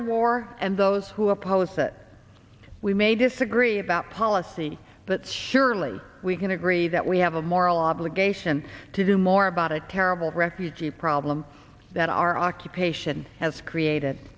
the war and those who oppose that we may disagree about policy but surely we can agree that we have a moral obligation to do more about a terrible refugee problem that our occupation has created